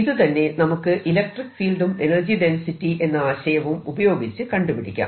ഇത് തന്നെ നമുക്ക് ഇലക്ട്രിക്ക് ഫീൽഡും എനർജി ഡെൻസിറ്റി എന്ന ആശയവും ഉപയോഗിച്ച് കണ്ടുപിടിക്കാം